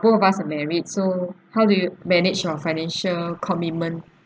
both of us are married so how do you manage your financial commitment